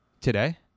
Today